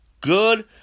good